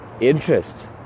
interest